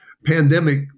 pandemic